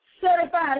certified